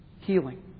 healing